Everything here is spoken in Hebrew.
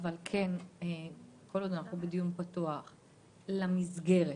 כל עוד אנחנו בדיון פתוח, למסגרת?